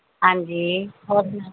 ਹਾਂਜੀ ਹੋਰ ਸੁਣਾਓ